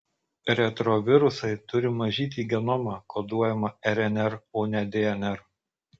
retrovirusai turi mažyti genomą koduojamą rnr o ne dnr